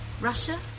Russia